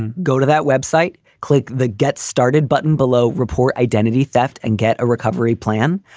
and go to that web site, click the get started button below, report identity theft and get a recovery plan.